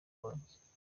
wanjye